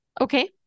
Okay